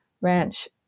ranch